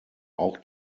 auch